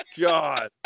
God